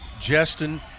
Justin